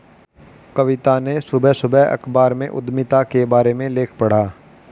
कविता ने सुबह सुबह अखबार में उधमिता के बारे में लेख पढ़ा